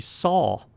saw